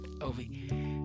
Obi